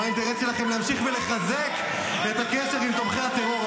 מה האינטרס שלכם להמשיך ולחזק את הקשר תומכי הטרור.